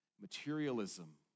materialism